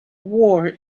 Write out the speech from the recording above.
war